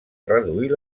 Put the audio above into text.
reduir